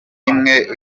imwe